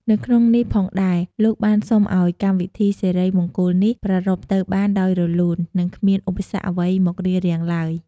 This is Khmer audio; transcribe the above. នៅក្នុងនេះផងដែរលោកបានសុំឱ្យកម្មវិធីសិរីមង្គលនេះប្រាព្ធទៅបានដោយរលូន និងគ្មានឧបសគ្គអ្វីមករារាំងឡើយ។